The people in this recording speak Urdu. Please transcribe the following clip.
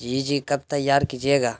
جی جی کب تیار کیجیے گا